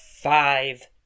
Five